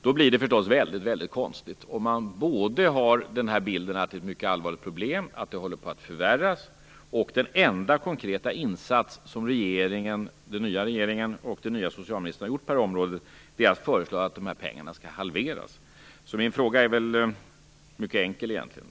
Det blir förstås väldigt konstigt att man har en bild av att detta är ett mycket allvarligt problem som håller på att förvärras, när den enda konkreta insats som den nya regeringen och den nya socialministern har gjort på området är att föreslå att pengarna skall halveras. Min fråga är mycket enkel egentligen.